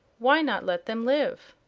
why not let them live?